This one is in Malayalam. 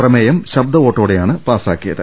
പ്രമേയം ശബ്ദവോട്ടോടെയാണ് പാസ്സാക്കിയത്